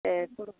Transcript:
சேரி சரி